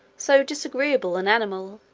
so disagreeable an animal,